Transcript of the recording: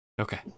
Okay